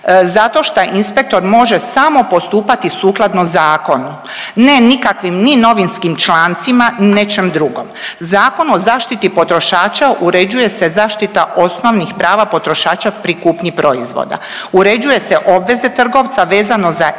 Zato šta inspektor može samo postupati sukladno zakonu ne nikakvim ni novinskim člancima, ni nečem dugom. Zakon o zaštiti potrošača uređuje se zaštita osnovnih prava potrošača pri kupnji proizvoda. Uređuje se obveze trgovca vezano za isticanje